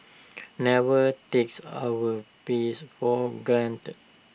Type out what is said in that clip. never takes our peace for granted